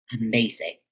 Amazing